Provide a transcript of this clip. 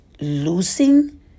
losing